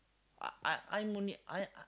I I I only I